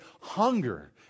hunger